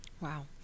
Wow